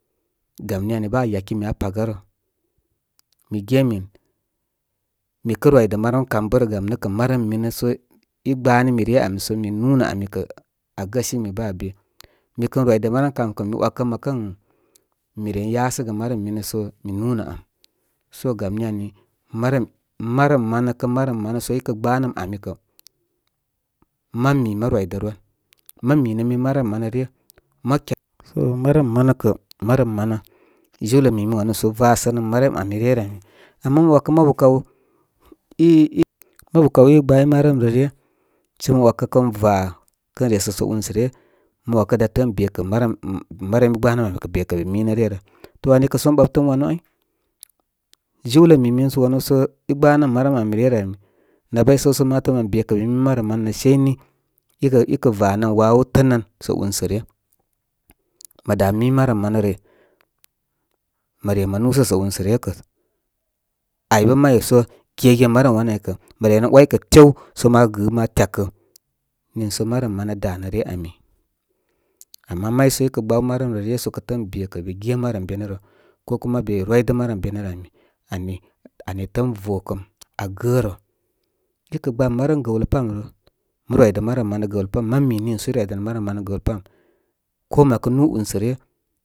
Gam ni ani bə aa yakimi aa, paga rə. Mi ge min mikə rwidə, marəm kam bə rə. Gam nə kə marəm minəsə i gbanimi ryə ami sə mi nunə ami kə aa gəsimi bə aa be. Mikən rwidə marəm kam kə mi wakə mə kən mi ren yasəgə marəm minə səm núnə am. So gam ni ani marəm marəm man kə ma rəm manə sə ikə gbanəm ami kə, má mi mə rwidə rwan. Mə minə min marəm manə ryə. Mə ké. So marəm manə kə ma rəm manə. tiwlə mi min wanúúsə vasənəm marəm am ryə rə áy. Ama mə wakə mabu kaw i, i, mabu kaw i gba ye marəm rə ryə, sə mə ‘wakə kən va kən resəsə unsə ryə mən wakə da təə ən be kə marəm nih marəm i gbanə be amkə bekə be minə ryə rə. To ani kə somɓab təm wanu áy. Jiwlə mimin sə wanu sə i gbanəm marəm ámi ryə rə ami. Nabay səw sə ma təə mən be kə be mi marəm ma nə sei nə i kə vanəm waa wow tənan sə unsə ryə, mə dá mi marəm manə rə. Mə re mə núsə sə unsə ryə kə. Ay ba may so gegən marəm wanə dy kə mə ren. Nak tew sə ma gɨ tyakə nii sə marəm mana danə ryə ani. Ama may so ikə gbaw marəm rə ryə səkə təə ən be kə be gé marəm be nə rə. Ko kuma be rwidə marəm benərə ani ani. Ani təəm vokəm. Agərə. Ikə gbam marəm gəwlə pam rə, mə rwidə marəm manə gaw lə pam mə mi niisə i rwidə nə marəm manə gaw lə pam ko mə kə nú unsə ryə.